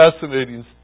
fascinating